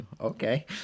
okay